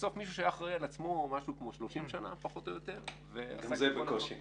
בסוף מישהו שהיה אחראי על עצמו משהו כמו 30 שנה -- גם זה בקושי.